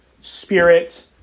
Spirit